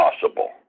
possible